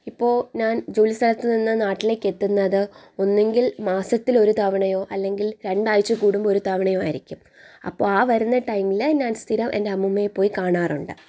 ഇപ്പോൾ ഞാൻ ജോലി സ്ഥലത്ത് നിന്ന് നാട്ടിലേക്ക് എത്തുന്നത് ഒന്നുങ്കിൽ മാസത്തിൽ ഒരു തവണയോ അല്ലെങ്കിൽ രണ്ടാഴ്ച കൂടുമ്പോൾ ഒരു തവണയോ ആയിരിക്കും അപ്പോൾ ആ വരുന്ന ടൈമിൽ ഞാൻ സ്ഥിരം എൻ്റെ അമ്മുമ്മയെ പോയി കാണാറുണ്ട്